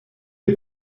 est